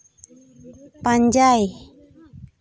ᱯᱟᱸᱡᱟᱭ